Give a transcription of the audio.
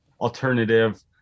alternative